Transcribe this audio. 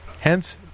hence